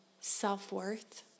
self-worth